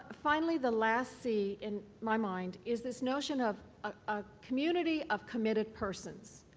ah finally, the last c in my mind is this notion of ah community of committed persons.